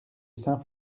saint